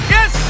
Yes